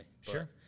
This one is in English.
sure